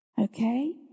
Okay